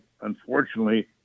unfortunately